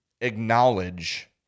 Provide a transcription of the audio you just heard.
acknowledge